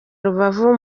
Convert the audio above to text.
rubavu